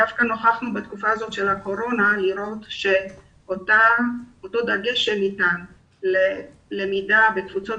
דווקא נוכחנו בתקופת הקורונה לראות שאותו דגש שניתן ללמידה בקבוצה